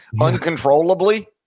uncontrollably